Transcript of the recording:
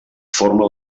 forma